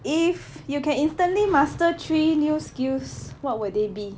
if you can instantly master three new skills what would they be